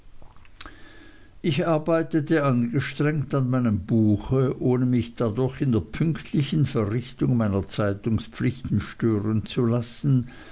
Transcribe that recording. ich arbeitete angestrengt an meinem buche ohne mich dadurch in der pünktlichen verrichtung meiner zeitungspflichten stören zu lassen